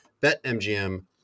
BetMGM